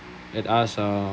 at us uh